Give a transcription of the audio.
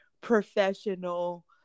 professional